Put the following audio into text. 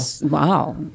wow